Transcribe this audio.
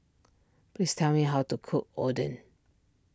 please tell me how to cook Oden